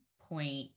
point